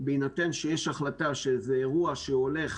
בהינתן שיש החלטה שזה אירוע שהולך